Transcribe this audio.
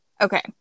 okay